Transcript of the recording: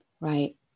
right